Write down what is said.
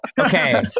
Okay